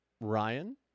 Ryan